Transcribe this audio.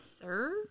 sir